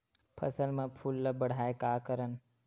फसल म फूल ल बढ़ाय का करन?